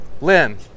Lynn